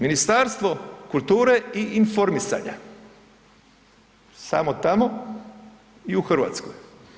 Ministarstvo kulture i informisanja, samo tamo i u Hrvatskoj.